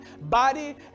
body